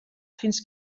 fins